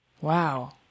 Wow